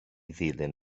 ddilyn